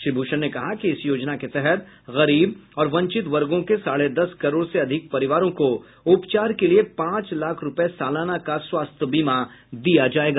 श्री भूषण ने कहा कि इस योजना के तहत गरीब और वंचित वर्गों के साढ़े दस करोड़ से अधिक परिवारों को उपचार के लिए पांच लाख रुपये सालाना का स्वास्थ्य बीमा दिया जाएगा